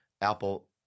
apple